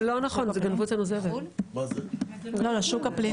היו לנו זליגות של עובדים